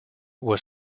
was